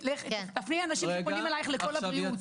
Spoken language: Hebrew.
'תפני אנשים שפונים אליך לקול הבריאות'.